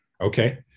Okay